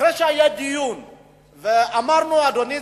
אחרי שהיה דיון ואמרנו: אדוני,